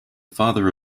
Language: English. father